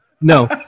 no